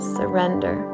surrender